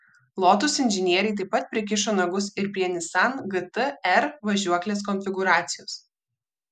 lotus inžinieriai taip pat prikišo nagus ir prie nissan gt r važiuoklės konfigūracijos